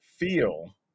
feel